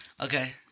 Okay